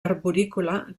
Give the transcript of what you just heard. arborícola